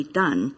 done